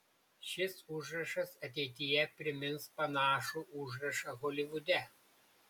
šis užrašas ateityje primins panašų užrašą holivude